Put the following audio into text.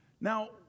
Now